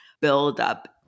buildup